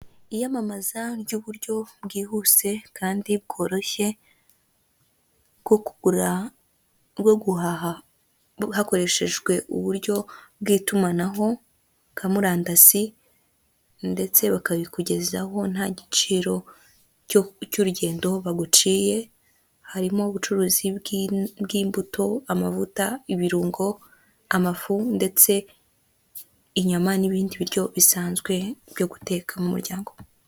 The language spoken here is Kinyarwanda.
Iyamamaza ry'uburyo bwihuse kandi bworoshye bwo kugura, bwo guhaha hakoreshejwe uburyo bw'itumanaho bwa murandasi ndetse bakabikugezaho nta giciro cy'urugendo baguciye, harimo ubucuruzi bw'imbuto, amavuta, ibirungo, amafu ndetse inyama n'ibindi biryo bisanzwe byo guteka mu muryango.